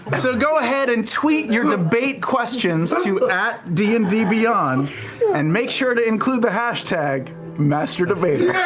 so go ahead and tweet your debate questions to dndbeyond and make sure to include the hashtag masterdebater.